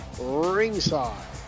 ringside